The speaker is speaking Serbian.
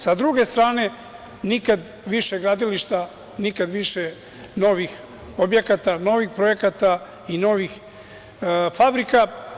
Sa druge strane, nikad više gradilišta, nikad više novih objekata, novih projekata i novih fabrika.